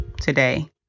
today